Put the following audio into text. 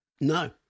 No